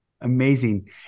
amazing